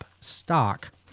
stock